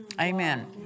Amen